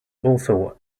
also